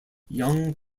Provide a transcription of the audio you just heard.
young